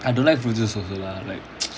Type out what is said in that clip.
I don't like fruit juice also lah like